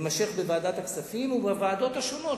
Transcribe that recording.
יימשך בוועדת הכספים ובוועדות השונות